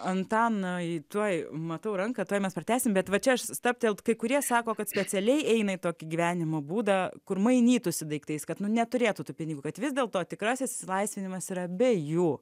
antanai tuoj matau ranką tuoj mes pratęsim bet va čia aš stabtelt kai kurie sako kad specialiai eina į tokį gyvenimo būdą kur mainytųsi daiktais kad nu neturėtų tų pinigų kad vis dėlto tikrasis išsilaisvinimas yra be jų